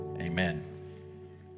Amen